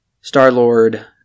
Star-Lord